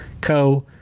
Co